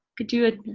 could do it.